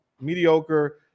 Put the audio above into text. mediocre